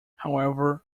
however